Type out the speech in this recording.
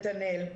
נתנאל.